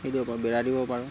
কি দিব পাৰোঁ বেৰা দিব পাৰোঁ